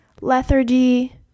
lethargy